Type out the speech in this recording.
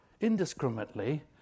indiscriminately